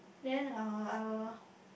then uh I will